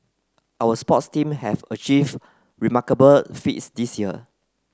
our sports team have achieve remarkable feats this year